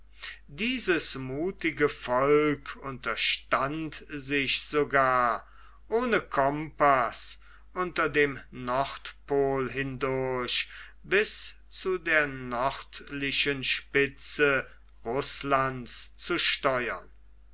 dieses muthige volk unterstand sich sogar ohne compaß unter dem nordpol hindurch bis zu der nördlichen spitze rußlands zu steuern